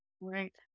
Right